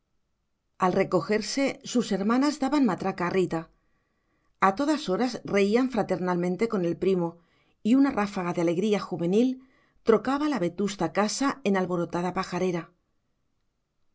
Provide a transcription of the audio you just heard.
al recogerse sus hermanas daban matraca a rita a todas horas reían fraternalmente con el primo y una ráfaga de alegría juvenil trocaba la vetusta casa en alborotada pajarera